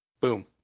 Boom